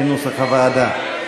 כנוסח הוועדה.